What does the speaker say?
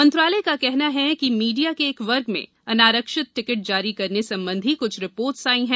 मंत्रालय का कहना है कि मीडिया के एक वर्ग में अनारक्षित टिकट जारी करने संबंधी कुछ रिपोर्ट आई हैं